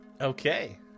Okay